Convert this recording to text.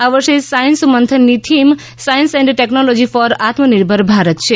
આ વર્ષે સાયન્સ મંથનની theme science and technology for Atmanirbhar Bharat છે